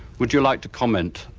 would you like to comment,